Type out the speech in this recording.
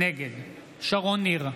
נגד שרון ניר,